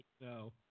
no